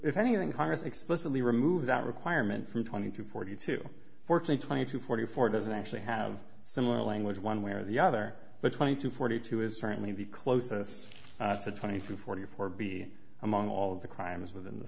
if anything congress explicitly removed that requirement from twenty two forty two forty twenty two forty four doesn't actually have similar language one way or the other but twenty two forty two is certainly the closest to twenty three forty four b among all of the crimes within the